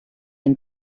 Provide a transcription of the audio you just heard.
and